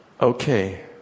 okay